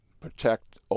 Protect